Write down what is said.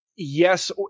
Yes